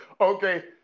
Okay